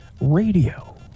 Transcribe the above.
Radio